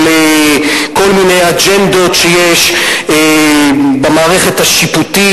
על כל מיני אג'נדות שיש במערכת השיפוטית